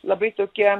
labai tokia